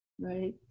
Right